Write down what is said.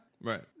Right